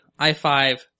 i5